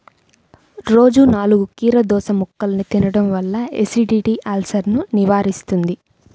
రోజూ నాలుగు కీరదోసముక్కలు తినడం వల్ల ఎసిడిటీ, అల్సర్సను నివారిస్తుంది